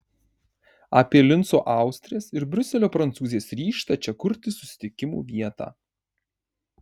apie linco austrės ir briuselio prancūzės ryžtą čia kurti susitikimų vietą